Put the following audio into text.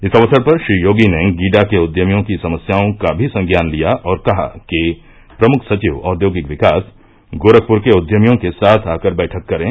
इस अवसर पर श्रीयोगी ने गीडा के उद्यमियों की समस्याओं का भी संज्ञान लिया और कहा कि प्रमुख सचिव औद्योगिक विकास गोरखपुर के उद्यमियों के साथ आकर बैठक करें